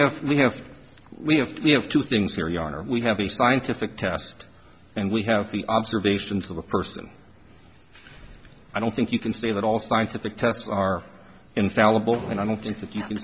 have we have we have we have two things here your honor we have a scientific test and we have the observations of a person i don't think you can say that all scientific tests are infallible and i don't think that you